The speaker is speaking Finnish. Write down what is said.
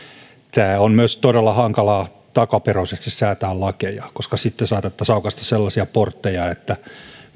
on myös todella hankalaa takaperoisesti säätää lakeja koska sitten saatettaisiin aukaista sellaisia portteja että